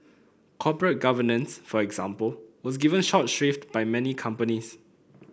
corporate governance for example was given short shrift by many companies